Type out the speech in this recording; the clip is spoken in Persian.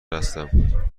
هستم